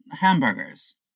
hamburgers